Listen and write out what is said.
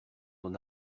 d’en